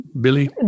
Billy